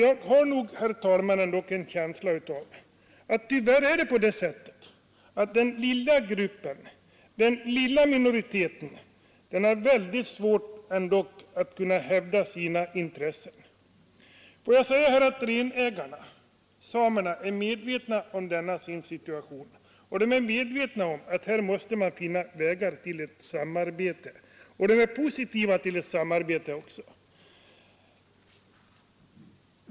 Jag har, herr talman, en känsla av att den lilla gruppen har mycket svårt för att kunna hävda sina intressen i dessa sammanhang. Renägarna, samerna, är medvetna om denna situation och medvetna om att man måste finna vägar till ett samarbete, och de är positiva till det samarbetet.